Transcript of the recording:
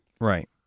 Right